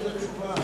האסון הגדול,